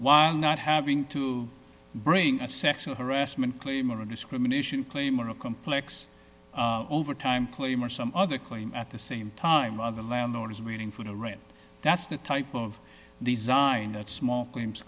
while not having to bring a sexual harassment claim or a discrimination claim or a complex overtime claim or some other claim at the same time other landowners waiting for the rain that's the type of design that small claims